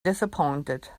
disappointed